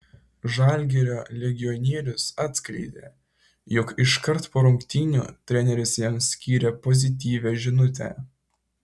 žalgirio legionierius atskleidė jog iškart po rungtynių treneris jam skyrė pozityvią žinutę